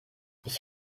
ich